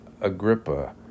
Agrippa